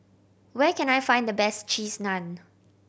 where can I find the best Cheese Naan